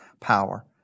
power